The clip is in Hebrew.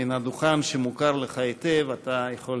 מן הדוכן שמוכר לך היטב אתה יכול